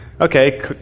okay